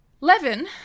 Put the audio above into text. Levin